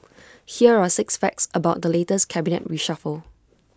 here are six facts about the latest cabinet reshuffle